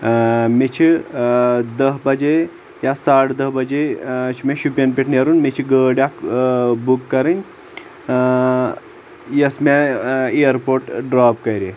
مےٚ چھِ دہ بجے یا ساڑٕ دہ بجے چھ مےٚ شُپین پیٹھ نیرُن مےٚ چھ گٲڑۍ اکھ بُک کَرٕنۍ یۄس مےٚ ایر پورٹ ڈراپ کرِ